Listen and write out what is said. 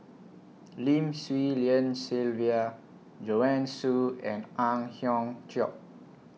Lim Swee Lian Sylvia Joanne Soo and Ang Hiong Chiok